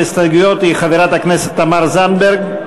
ההסתייגויות היא חברת הכנסת תמר זנדברג,